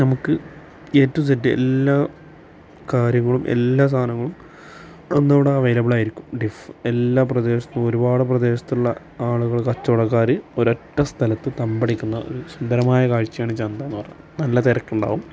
നമുക്ക് A to Z എല്ലാ കാര്യങ്ങളും എല്ലാ സാധനങ്ങളും അന്നവിടെ അവൈലബിളായിരിക്കും ഡിഫ് എല്ലാ പ്രദേശത്ത് നിന്നൊരുപാട് പ്രദേശത്തുള്ള ആളുകൾ കച്ചവടക്കാര് ഒരൊറ്റ സ്ഥലത്ത് തമ്പടിക്കുന്ന സുന്ദരമായ കാഴ്ചയാണ് ചന്ത എന്ന് പറയുന്നത് നല്ല തിരക്കുണ്ടാവും